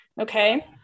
Okay